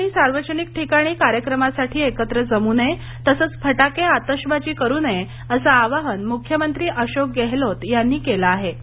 लोकांनी सार्वजनिक ठिकाणी कार्यक्रमासाठी एकत्र जमू नये तसंच फटाके आतषबाजी करू नये असं आवाहन मुख्यमंत्री अशोक गेहलोत यांनी केलं आहे